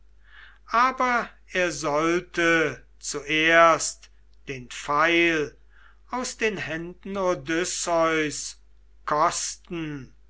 aber er sollte zuerst den pfeil aus den händen odysseus kosten